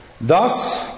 Thus